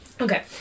Okay